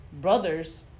brothers